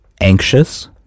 anxious